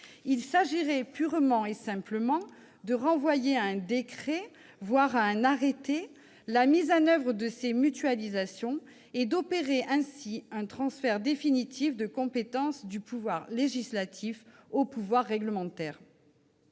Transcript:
Il s'agirait purement et simplement de renvoyer à un décret, voire à un arrêté, la mise en oeuvre de ces mutualisations et d'opérer ainsi un transfert définitif de compétences du pouvoir législatif au pouvoir réglementaire.